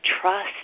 trust